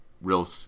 real